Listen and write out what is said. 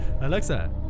Alexa